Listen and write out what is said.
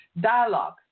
dialogue